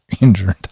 injured